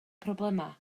problemau